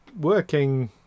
working